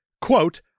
quote